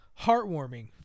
Heartwarming